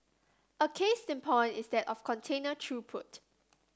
a case in point is that of container throughput